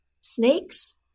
snakes